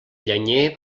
llenyer